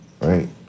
right